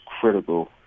critical